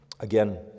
Again